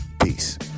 Peace